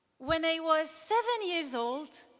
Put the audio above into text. when i was seven years old,